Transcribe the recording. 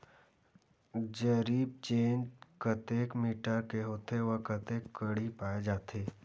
जरीब चेन कतेक मीटर के होथे व कतेक कडी पाए जाथे?